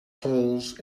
holes